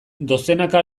dozenaka